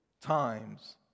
times